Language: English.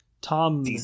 Tom